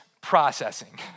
processing